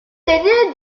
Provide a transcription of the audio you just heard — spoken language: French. derniers